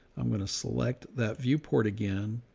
i'm going to select that viewport again.